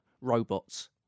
Robots